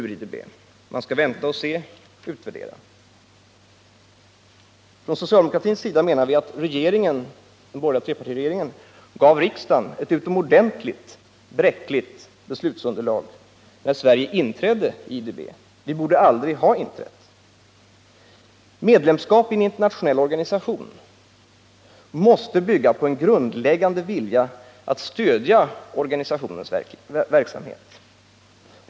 Enligt centerpartisterna skall vi vänta och se, utvärdera. Vi socialdemokrater menar att den borgerliga trepartiregeringen gav riksdagen utomordentligt bräckligt beslutsunderlag när Sverige inträdde i IDB. Vi borde aldrig ha inträtt. Medlemskap i en internationell organisation måste bygga på en grundläggande vilja att stödja organisationens verksamhet.